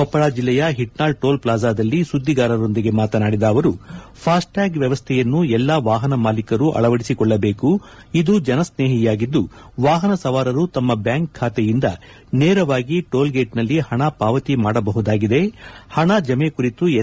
ಕೊಪ್ಪಳ ಜಿಲ್ಲೆಯ Hitnal toll plaza ದಲ್ಲಿ ಸುದ್ದಿಗಾರರೊಂದಿಗೆ ಮಾತನಾಡಿದ ಅವರು ಫಾಸ್ಟ್ ಟ್ಯಾಗ್ ವ್ಯವಸ್ಥೆಯನ್ನು ಎಲ್ಲಾ ವಾಹನ ಮಾಲೀಕರು ಅಳವಡಿಸಿಕೊಳ್ಳದೇಕು ಇದು ಜನಸ್ನೇಹಿಯಾಗಿದ್ದು ವಾಹನ ಸವಾರರು ತಮ್ಮ ಬ್ದಾಂಕ್ ಖಾತೆಯಿಂದ ನೇರವಾಗಿ ಟೋಲ್ ಗೇಟ್ನಲ್ಲಿ ಹಣ ಪಾವತಿ ಮಾಡಬಹುದಾಗಿದೆ ಹಣ ಜಮೆ ಕುರಿತು ಎಸ್